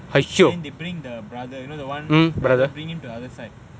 then they bring the brother you know the [one] brother they bring to other side